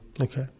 Okay